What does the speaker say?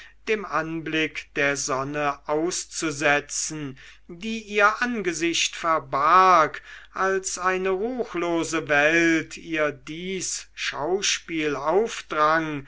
dem anblick der sonne auszusetzen die ihr angesicht verbarg als eine ruchlose welt ihr dies schauspiel aufdrang